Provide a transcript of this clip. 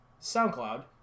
SoundCloud